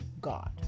God